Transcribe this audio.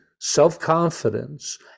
self-confidence